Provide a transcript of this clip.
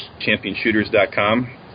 championshooters.com